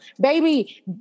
Baby